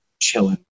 chilling